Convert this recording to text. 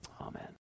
Amen